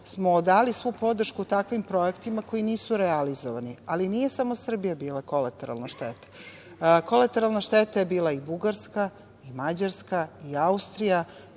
smo dali svu podršku takvim projektima koji nisu realizovani. Ali nije samo Srbija bila kolateralna šteta. Kolateralna šteta je bila i Bugarska i Mađarska i Austrija,